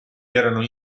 erano